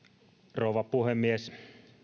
rouva puhemies